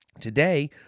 Today